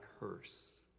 hearse